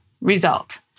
Result